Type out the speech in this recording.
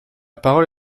parole